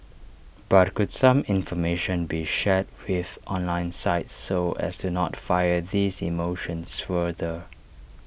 but could some information be shared with online sites so as to not fire these emotions further